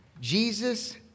Jesus